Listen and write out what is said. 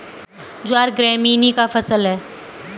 ज्वार ग्रैमीनी का फसल है